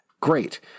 Great